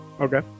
Okay